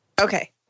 okay